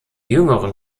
jüngeren